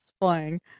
flying